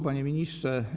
Panie Ministrze!